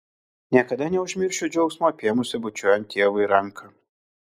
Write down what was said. niekada neužmiršiu džiaugsmo apėmusio bučiuojant tėvui ranką